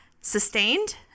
sustained